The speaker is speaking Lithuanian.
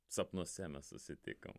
sapnuose mes susitikom